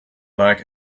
like